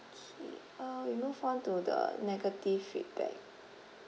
K uh we move on to the negative feedback